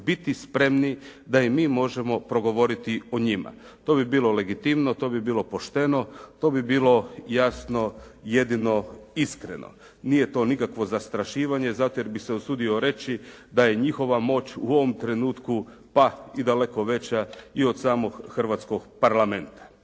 biti spremni da i mi možemo progovoriti o njima. To bi bilo legitimno, to bi bilo pošteno, to bi bilo jasno jedino iskreno. Nije to nikakvo zastrašivanje, zato jer bi se usudio reći da je njihova moć u ovom trenutku pa i daleko veća i od samog hrvatskog Parlamenta.